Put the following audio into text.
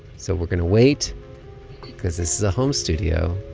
so we're going to wait because this is a home studio.